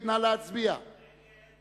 אני מבקש להצביע על סעיף 37,